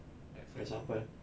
like for example